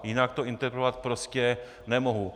Jinak to interpretovat prostě nemohu.